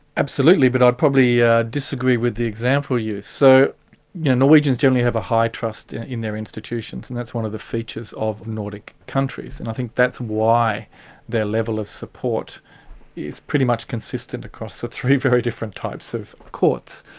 absolutely, but i'd probably yeah disagree with the example you use. so norwegians generally have a high trust in in their institutions, and that's one of the features features of nordic countries, and i think that's why their level of support is pretty much consistent across the three very different types of courts.